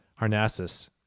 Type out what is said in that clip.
Harnassus